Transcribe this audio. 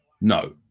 no